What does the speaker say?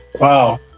Wow